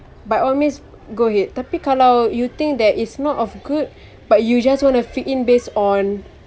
by all means go ahead tapi kalau you think there is not of good but you just want to fit in based on